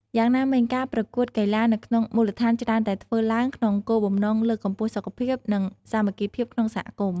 យ៉ាងណាមិញ ការប្រកួតកីឡានៅក្នុងមូលដ្ឋានច្រើនតែធ្វើឡើងក្នុងគោលបំណងលើកកម្ពស់សុខភាព និងសាមគ្គីភាពក្នុងសហគមន៍។